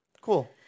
Cool